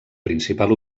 principal